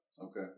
Okay